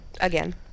again